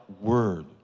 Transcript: word